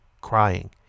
crying